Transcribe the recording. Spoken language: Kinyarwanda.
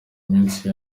minsi